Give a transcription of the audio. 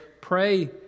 pray